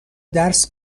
درس